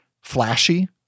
flashy